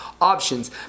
options